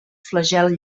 flagel